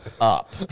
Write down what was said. up